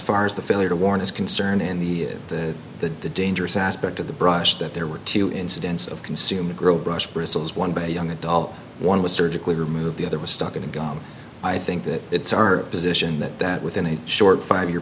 far as the failure to warn is concerned in the the the dangerous aspect of the brush that there were two incidents of consumer girl brush bristles one by a young adult one with surgically remove the other was stuck in the gum i think that it's our position that that within a short five year